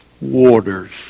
waters